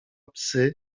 psy